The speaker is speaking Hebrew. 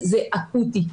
זה אקוטי,